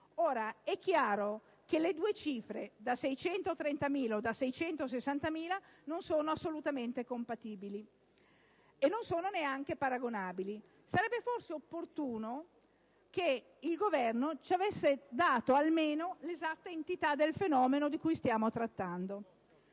Ora è chiaro che le due cifre non sono assolutamente compatibili e non sono neanche paragonabili. Sarebbe forse stato opportuno che il Governo ci avesse dato almeno l'esatta entità del fenomeno di cui stiamo trattando.